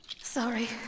Sorry